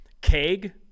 Keg